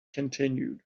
continued